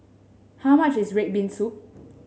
how much is red bean soup